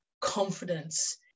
confidence